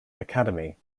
academy